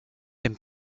dem